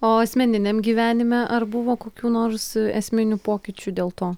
o asmeniniam gyvenime ar buvo kokių nors esminių pokyčių dėl to